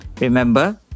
Remember